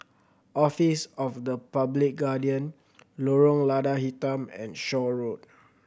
Office of the Public Guardian Lorong Lada Hitam and Shaw Road